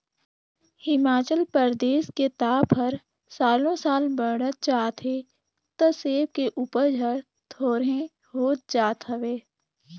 हिमाचल परदेस के ताप हर सालो साल बड़हत जात हे त सेब के उपज हर थोंरेह होत जात हवे